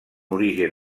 origen